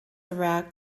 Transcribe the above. rak